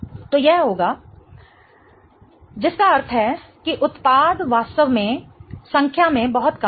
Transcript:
Keq 10 5 - 10 तो यह होगा Keq 10 5 जिसका अर्थ है कि उत्पाद वास्तव में संख्या में बहुत कम हैं